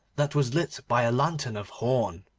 that was lit by a lantern of horn.